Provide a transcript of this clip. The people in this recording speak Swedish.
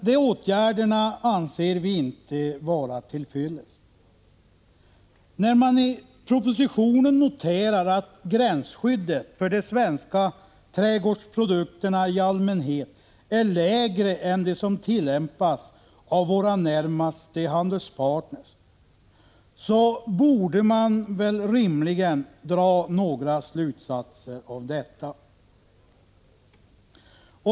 De åtgärderna anser vi inte vara till fyllest. När man i propositionen noterar att gränsskyddet för de svenska trädgårdsprodukterna i allmänhet är lägre än det som tillämpas av våra närmaste handelspartner, borde man rimligen dra några slutsatser av detta.